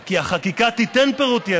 כי החקיקה תיתן יתר פירוט,